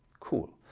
cool.